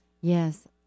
yes